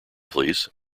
please